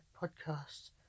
podcast